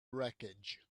wreckage